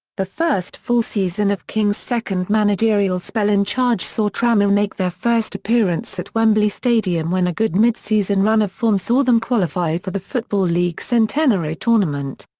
the first full season of king's second managerial spell in charge saw tranmere make their first appearance at wembley stadium when a good mid-season run of form saw them qualify for the football league centenary tournament.